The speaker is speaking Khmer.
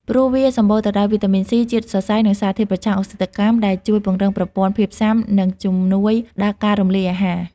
ព្រោះវាសម្បូរទៅដោយវីតាមីន ស៊ី ជាតិសរសៃ និងសារធាតុប្រឆាំងអុកស៊ីតកម្ ដែលជួយពង្រឹងប្រព័ន្ធភាពស៊ាំ និងជំនួយដល់ការរំលាយអាហារ។